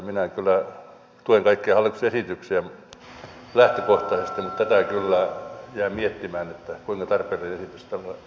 minä kyllä tuen kaikkia hallituksen esityksiä lähtökohtaisesti mutta tätä jäin kyllä miettimään että kuinka tarpeellinen esitys tämä tällainen on